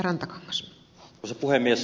arvoisa puhemies